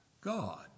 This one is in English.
God